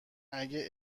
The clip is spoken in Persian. اگه